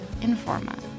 Informa